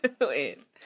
Wait